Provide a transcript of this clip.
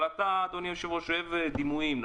אבל אתה, אדוני היושב-ראש, אוהב דימויים,